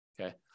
Okay